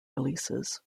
releases